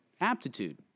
aptitude